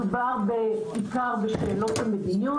מדובר בעיקר בשאלות של מדיניות,